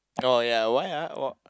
oh ya why ah